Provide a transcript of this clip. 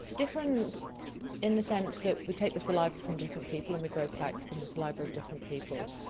different in the sense that we take the saliva from different people and we grow plaque from the saliva of different people.